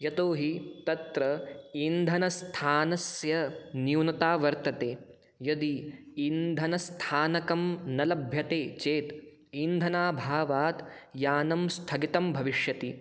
यतोहि तत्र इन्धनस्थानस्य न्यूनता वर्तते यदि इन्धनस्थानकं न लभ्यते चेत् इन्धनाऽभावात् यानं स्थगितं भविष्यति